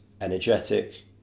energetic